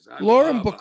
Lauren